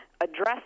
address